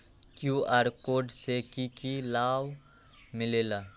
QR code से कि कि लाव मिलेला?